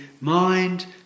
mind